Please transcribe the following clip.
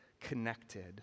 connected